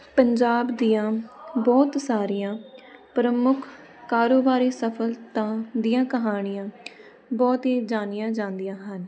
ਪੰਜਾਬ ਦੀਆਂ ਬਹੁਤ ਸਾਰੀਆਂ ਪ੍ਰਮੁੱਖ ਕਾਰੋਬਾਰੀ ਸਫਲਤਾ ਦੀਆਂ ਕਹਾਣੀਆਂ ਬਹੁਤ ਹੀ ਜਾਣੀਆਂ ਜਾਂਦੀਆਂ ਹਨ